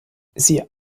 sie